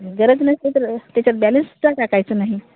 गरज नसते तर त्याच्यात बॅलेन्स टाकायचं नाही